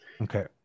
Okay